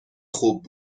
خوب